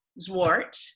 Zwart